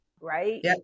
Right